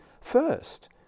first